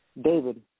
David